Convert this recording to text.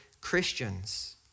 Christians